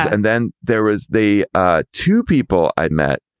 and then there was the ah two people i met,